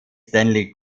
stanley